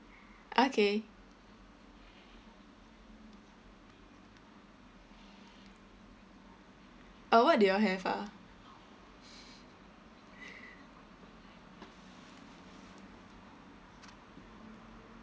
okay uh what do you have ah